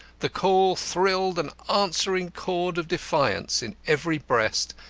the call thrilled an answering chord of defiance in every breast,